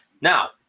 Now